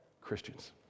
Christians